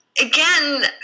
again